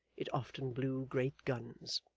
it often blew great guns.